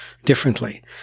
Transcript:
Differently